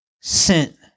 sent